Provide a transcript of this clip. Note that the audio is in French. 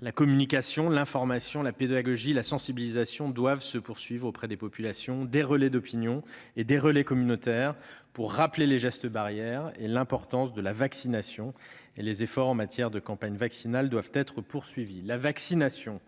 La communication, l'information, la pédagogie et la sensibilisation doivent se poursuivre auprès des populations, des relais d'opinion et des relais communautaires pour rappeler les gestes barrières et l'importance de la vaccination. Les efforts en matière de campagne vaccinale doivent être poursuivis. La vaccination,